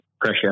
pressure